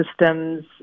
system's